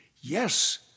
Yes